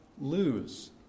lose